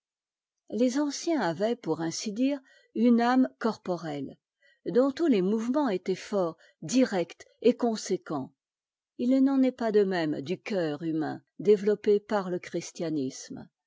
les anciens avaient pour ainsi dire une âme corporelle dont tous les mouvements étaient forts directs et conséquents il n'en est pas de même du cœur humain développé par te